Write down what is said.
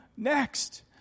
next